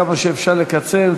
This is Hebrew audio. כמה שאפשר לקצר,